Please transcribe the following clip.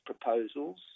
proposals